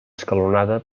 escalonada